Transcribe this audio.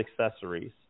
Accessories